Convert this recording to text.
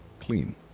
clean